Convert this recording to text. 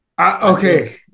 Okay